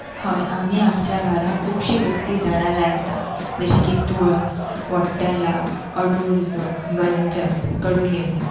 हय आमी आमच्या घरा खुबशीं वखदी झाडां लायता जशी की तुळस वट्टेलांव अडुळसो गंजन कडुलिंबू